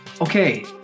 Okay